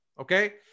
okay